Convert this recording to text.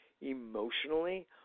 emotionally